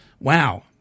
wow